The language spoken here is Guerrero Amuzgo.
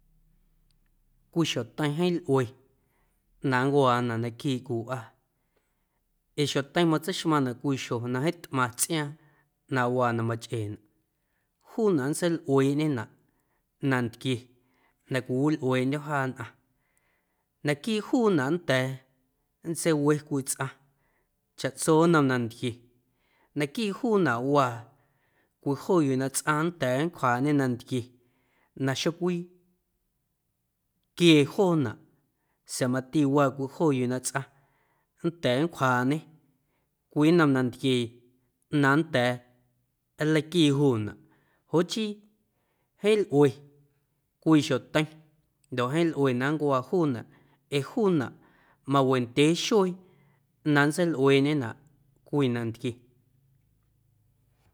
Cwii xjoteiⁿ jeeⁿ lꞌue na nncuaanaꞌ naquiiꞌ cwii wꞌaa ee xjoteiⁿ matseixmaⁿnaꞌ cwii xjo na jeeⁿ tꞌamⁿ tsꞌiaaⁿ na waa na machꞌeenaꞌ juunaꞌ nntseilꞌueeꞌñenaꞌ na cwiwilꞌueeꞌndyo̱ jaa nnꞌaⁿ naquiiꞌ juunaꞌ nnda̱a̱ nntseiwe cwii tsꞌaⁿ chaꞌtso nnom nantquie, naquiiꞌ juunaꞌ waa cwii joo yuu na tsꞌaⁿ nnda̱a̱ nncwjaaꞌñe nantquie na xocwi nquiee joonaꞌ sa̱a̱ mati waa cwii joo yuu na tsꞌaⁿ nnda̱a̱ nncwjaaꞌñê cwii nnom nantquie na nnda̱a̱ nleiquii juunaꞌ joꞌ chii jeeⁿ lꞌue cwii xjoteiⁿ ndoꞌ jeeⁿ lꞌue na nncuaa juunaꞌ ee juunaꞌ mawendyee xuee na nntseilꞌueeꞌñenaꞌ cwii nantquie.